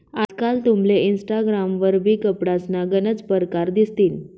आजकाल तुमले इनस्टाग्राम वरबी कपडासना गनच परकार दिसतीन